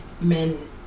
men